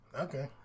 Okay